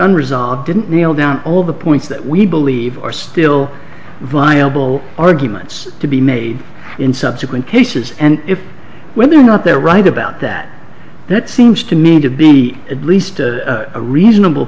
unresolved didn't down all the points that we believe are still viable arguments to be made in subsequent cases and if whether or not they're right about that that seems to me to be at least a reasonable